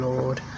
Lord